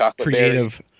creative